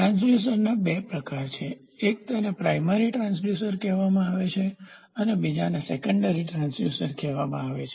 ટ્રાન્સડ્યુસરના બે પ્રકાર છે એક તેને પ્રાઇમરીપ્રાથમિક ટ્રાંસડ્યુસર કહેવામાં આવે છે બીજાને સેકન્ડરીગૌણ ટ્રાંસડ્યુસર કહેવામાં આવે છે